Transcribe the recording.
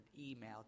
email